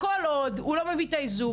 כל עוד הוא לא מביא את האיזוק,